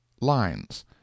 Lines